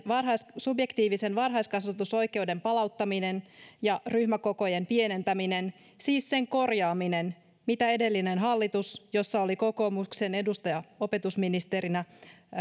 varhain subjektiivisen varhaiskasvatusoikeuden palauttaminen ja ryhmäkokojen pienentäminen siis sen korjaaminen mitä edellinen hallitus jossa oli kokoomuksen edustaja opetusministerinä